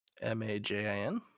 m-a-j-i-n